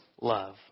love